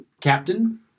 captain